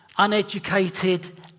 Uneducated